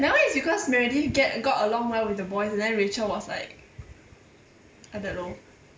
that one is because meredith get got along well with the boys then rachel was like I don't know